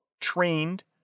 trained